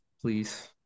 please